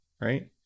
Right